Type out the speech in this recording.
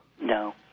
No